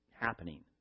happening